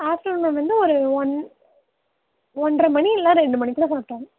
ஆஃப்டர்நூனில் வந்து ஒரு ஒன் ஒன்றரை மணி இல்லைனா ரெண்டு மணிக்குள்ளே சாப்பிட்டுர்ணும்